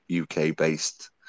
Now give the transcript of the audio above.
UK-based